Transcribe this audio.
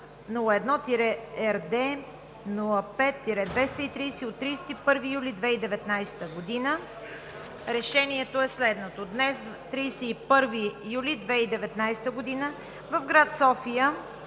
Решението е следното: